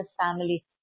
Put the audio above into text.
family